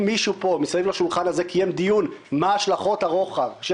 מישהו פה מסביב לשולחן הזה קיים דיון מה השלכות הרוחב של